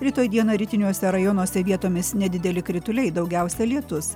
rytoj dieną rytiniuose rajonuose vietomis nedideli krituliai daugiausia lietus